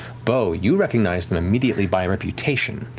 beau, you recognize them immediately by reputation,